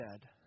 dead